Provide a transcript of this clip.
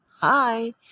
hi